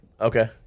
Okay